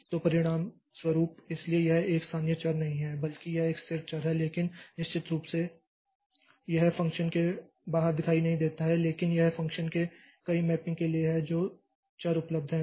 तो परिणामस्वरूप इसलिए यह एक स्थानीय चर नहीं है बल्कि यह एक स्थिर चर है लेकिन निश्चित रूप से यह फ़ंक्शन के बाहर दिखाई नहीं देता है लेकिन यह फ़ंक्शन के कई मैपिंग के लिए है जो चर उपलब्ध है